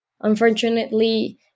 unfortunately